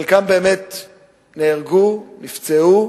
חלקם באמת נהרגו, נפצעו,